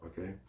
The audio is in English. okay